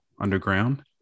Underground